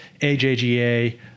AJGA